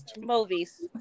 Movies